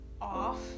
off